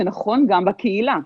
זה נכון גם בקהילה.